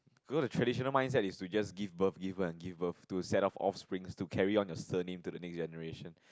because the traditional mindset is to just give birth give birth and give birth to set up offspring to carry on your surname to the next generation